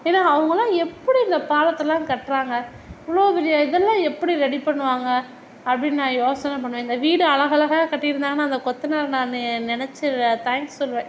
ஏன்னா அவங்கள்லாம் எப்படி இந்த பாலத்தெல்லாம் கட்டுறாங்க இவ்வளோ பெரிய இதெல்லாம் எப்படி ரெடி பண்ணுவாங்க அப்படின்னு நான் யோசனை பண்ணுவேன் இந்த வீடு அழகா அழகாக கட்டியிருந்தாங்கனா அந்த கொத்தனார் நான் நெனைச்சி தேங்க்ஸ் சொல்வேன்